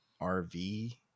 RV